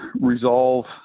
resolve